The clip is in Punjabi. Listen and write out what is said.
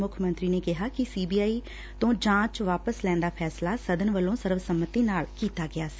ਮੁੱਖ ਮੰਤਰੀ ਨੇ ਕਿਹਾ ਕਿ ਸੀ ਬੀ ਆਈ ਤੈਂ ਜਾਂਚ ਵਾਪਸ ਲੈਣ ਦਾ ਫੈਸਲਾ ਸਦਨ ਵੱਲੋਂ ਸਰਵ ਸੰਮਤੀ ਨਾਲ ਕੀਤਾ ਗਿਆ ਸੀ